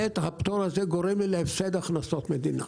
ו-ב', הפטור הזה גורם לי להפסד הכנסות מדינה".